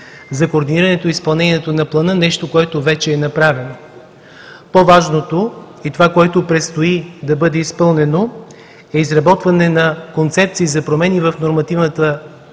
за координирането и изпълнението на Плана – нещо, което вече е направено. По-важното и това, което предстои да бъде изпълнено, е изработване на концепции за промени в нормативната